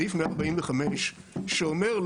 סעיף 145 שאומר,